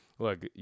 Look